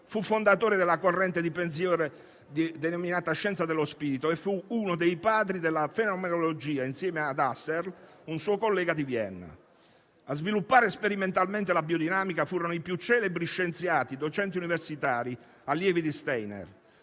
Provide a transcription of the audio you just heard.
fu fondatore della corrente di pensiero denominata «scienza dello spirito» e fu uno dei padri della fenomenologia, insieme a Husserl, un suo collega di Vienna. A sviluppare sperimentalmente la biodinamica furono i più celebri scienziati, docenti universitari, allievi di Steiner.